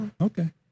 okay